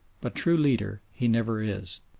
but true leader he never is.